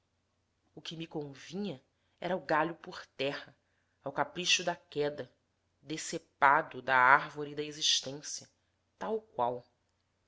o que me convinha era o galho por terra ao capricho da queda decepado da árvore da existência tal qual